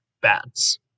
bats